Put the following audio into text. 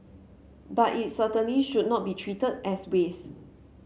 but it certainly should not be treated as waste